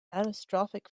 anisotropic